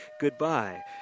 goodbye